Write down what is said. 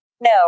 No